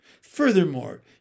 Furthermore